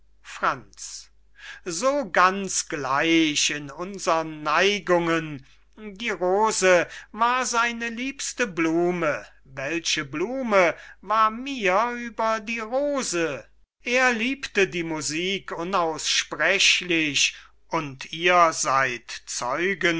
franz so ganz gleich in unsern neigungen die rose war seine liebste blume welche blume war mir über die rose er liebte die musik unaussprechlich und ihr seyd